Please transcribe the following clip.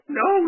no